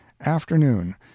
Afternoon